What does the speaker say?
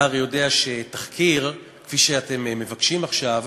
אתה הרי יודע שתחקיר כפי שאתם מבקשים עכשיו,